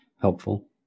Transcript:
helpful